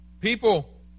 people